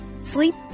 Sleep